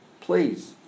please